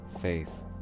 faith